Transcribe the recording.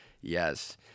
Yes